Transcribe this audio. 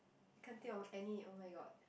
can't think of any oh-my-god